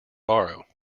borrow